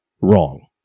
wrong